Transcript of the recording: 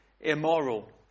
immoral